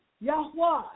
Yahweh